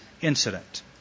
incident